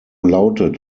lautet